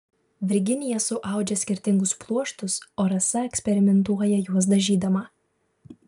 virginija suaudžia skirtingus pluoštus o rasa eksperimentuoja juos dažydama